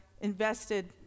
invested